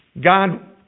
God